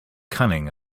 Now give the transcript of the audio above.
cunning